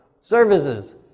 services